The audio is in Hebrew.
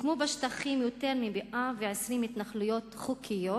הוקמו בשטחים יותר מ-120 התנחלויות חוקיות,